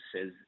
says